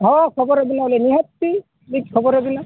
ᱦᱳᱭ ᱠᱷᱚᱵᱚᱨ ᱟᱹᱵᱤᱱᱟᱞᱤᱧ ᱱᱤᱦᱟᱹᱛᱤ ᱞᱤᱧ ᱠᱷᱚᱵᱚᱨ ᱟᱹᱵᱤᱱᱟ